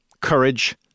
courage